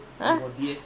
ah